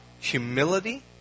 humility